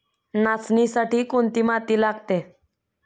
नाचणीसाठी कोणती माती लागते?